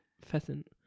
pheasant